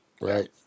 Right